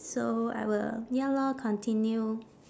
so I will ya lor continue